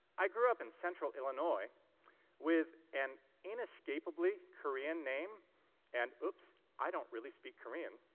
i grew up in central illinois with an inescapably korean name and, oops, i don't really speak korean.